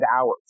hours